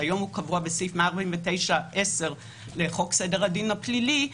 שהיום קבוע בסעיף 149(10) לחוק סדר הדין הפלילי,